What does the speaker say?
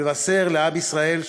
לבשר לעם ישראל,